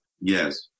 Yes